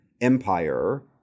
Empire